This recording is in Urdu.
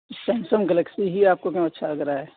سیمسنگ گلیکسی ہی آپ کو کیوں اچھا لگ رہا ہے